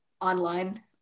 online